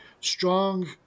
strong